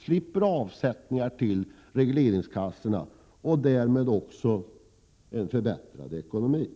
slipper avsättningar till regleringskassorna och därmed får en förbättrad ekonomi.